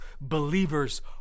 believers